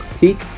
Peak